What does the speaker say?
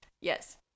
Yes